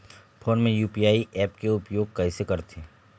Phone मे UPI app के उपयोग कइसे करथे?